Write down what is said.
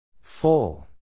Full